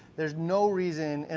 there's no reason, and